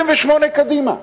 28 קדימה,